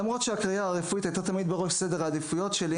למרות שהקריירה הרפואית הייתה תמיד בראש סדר העדיפויות שלי